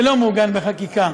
זה לא מעוגן בחקיקה,